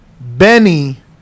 Benny